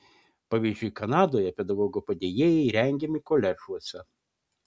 pavyzdžiui kanadoje pedagogo padėjėjai rengiami koledžuose